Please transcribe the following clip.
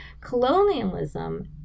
colonialism